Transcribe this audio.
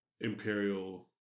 Imperial